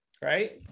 Right